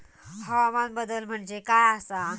हवामान बदल म्हणजे काय आसा?